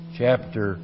chapter